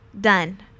Done